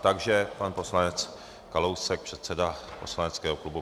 Takže pan poslanec Kalousek, předseda poslaneckého klubu.